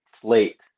slate